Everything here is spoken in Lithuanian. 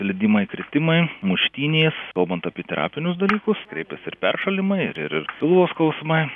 slydimai kritimai muštynės kalbant apie terapinius dalykus kreipiasi ir peršalimai ir ir ir pilvo skausmai